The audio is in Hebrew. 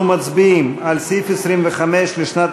אנחנו מצביעים על סעיף 25 לשנת